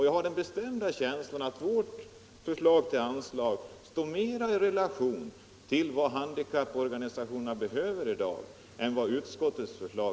Jag har en bestämd känsla av att vårt förslag till anslag står i bättre relation till vad handikapporganisationerna i dag behöver än utskottets förslag.